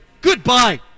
Goodbye